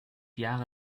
jahre